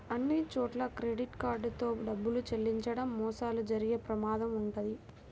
అన్నిచోట్లా credit card తో డబ్బులు చెల్లించడం మోసాలు జరిగే ప్రమాదం వుంటది